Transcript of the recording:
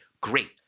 great